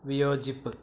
വിയോചിപ്പ്